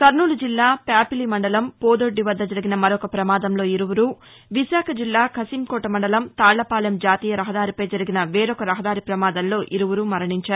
కర్నూలు జిల్లా ప్యాపిలి మండలం పోదొడ్డి వద్ద జరిగిన మరొక ప్రమాదంలో ఇరువురు విశాఖ జిల్లా ఖసింకోట మండలం తాళ్లపాలెం జాతీయ రహదారిపై జరిగిన వేరొక రహదారి ప్రమాదంలో ఇరువురు మరణించారు